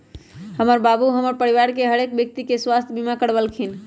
हमर बाबू हमर घर परिवार के हरेक व्यक्ति के स्वास्थ्य बीमा करबलखिन्ह